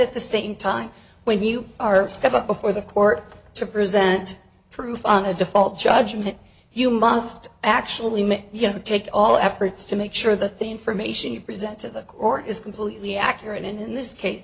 at the same time when you are step up before the court to present proof on a default judgment you must actually met yet to take all efforts to make sure that the information you present to the core is completely accurate in this case